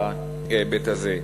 בהיבט הזה.